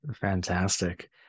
Fantastic